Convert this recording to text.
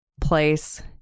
place